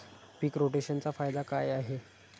पीक रोटेशनचा फायदा काय आहे?